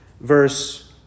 verse